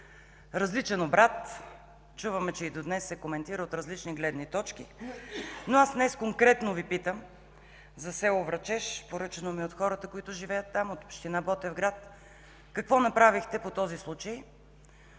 различен обрат. Чуваме, че и до днес се коментира от различни гледни точки. Но аз днес конкретно Ви питам за село Врачеш. Поръчано ми е от хората, които живеят там, от община Ботевград. Какво направихте по този случай?